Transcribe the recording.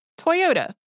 Toyota